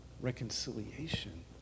reconciliation